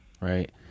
right